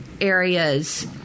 areas